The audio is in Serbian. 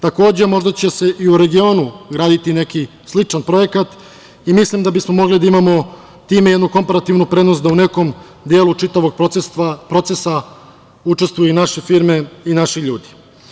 Takođe, možda će se i u regionu graditi neki sličan projekat i mislim da bi smo mogli da imamo time jednu komperativnu prednost da u nekom delu čitavog procesa učestvuju i naše firme i naši ljudi.